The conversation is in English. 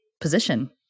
position